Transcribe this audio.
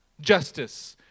justice